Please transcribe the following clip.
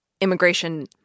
immigration